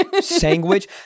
sandwich